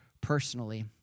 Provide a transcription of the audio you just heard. personally